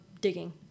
digging